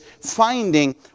finding